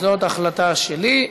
זאת החלטה שלי.